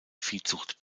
viehzucht